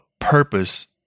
purpose